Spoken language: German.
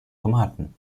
tomaten